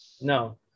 no